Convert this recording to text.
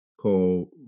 called